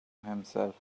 himself